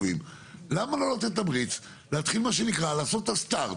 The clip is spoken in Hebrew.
למה לא לתת תמריץ להתחיל מה שנקרא לעשות את הסטארט.